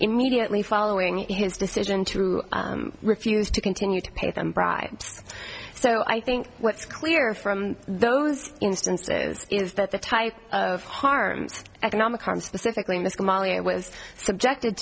immediately following his decision to refuse to continue to pay them bribes so i think what's clear from those instances is that the type of harms economic harm specifically miss molly was subjected